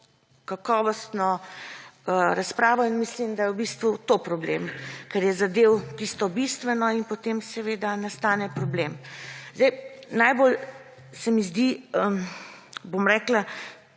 kakovostno razpravo, in mislim, da je v bistvu to problem, ker je zadel tisto bistveno in potem seveda nastane problem. Najbolj se mi zdi, bom rekla,